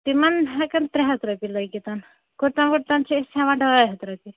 تِمَن ہٮ۪کَن ترٛےٚ ہَتھ رۄپیہِ لٔگِتھ کُرتَن وُرتَن چھِ أسۍ ہٮ۪وان ڈاے ہَتھ رۄپیہِ